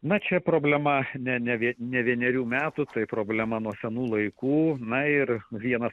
na čia problema ne ne vien ne vienerių metų tai problema nuo senų laikų na ir vienas